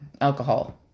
alcohol